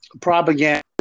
propaganda